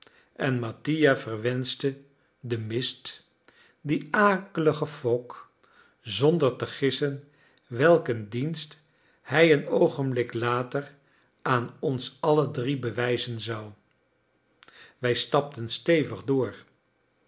en mattia verwenschte den mist dien akeligen fog zonder te gissen welk een dienst hij een oogenblik later aan ons alle drie bewijzen zou wij stapten stevig door